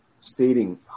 stating